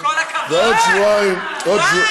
ובעוד שבועיים כל הכבוד,